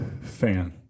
fan